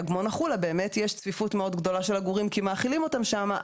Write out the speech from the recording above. באגמון החולה יש צפיפות מאוד גדולה של עגורים כי מאכילים אותם שם,